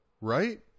Right